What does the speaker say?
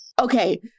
Okay